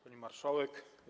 Pani Marszałek!